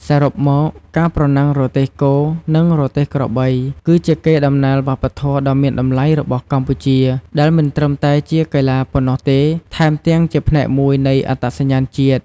សរុបមក ការប្រណាំងរទេះគោ និងរទេះក្របី គឺជាកេរដំណែលវប្បធម៌ដ៏មានតម្លៃរបស់កម្ពុជា ដែលមិនត្រឹមតែជាកីឡាប៉ុណ្ណោះទេ ថែមទាំងជាផ្នែកមួយនៃអត្តសញ្ញាណជាតិ